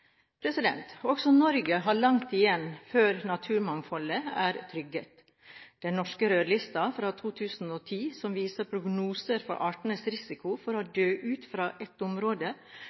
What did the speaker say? Også Norge har langt igjen før naturmangfoldet er trygget. I den norske rødlista fra 2010, som viser prognoser for arters risiko for å dø ut fra et område,